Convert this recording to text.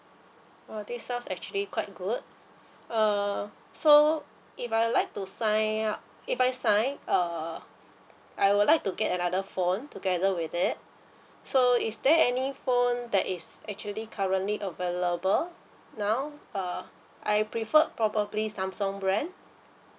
oh this sounds actually quite good err so if I'd like to sign up if I sign err I would like to get another phone together with it so is there any phone that is actually currently available now uh I prefer probably samsung brand